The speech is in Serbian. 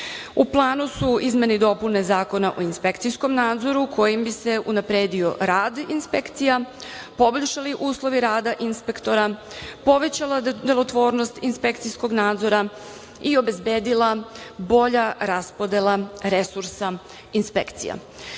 U planu su izmene i dopune Zakona o inspekcijskom nadzoru, kojim bi se unapredio rad inspekcija, poboljšali uslovi rada inspektora, povećala delotvornost inspekcijskog nadzora i obezbedila bolja raspodela resursa inspekcija. Trenutno